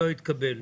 לא התקבל.